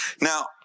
Now